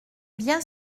bien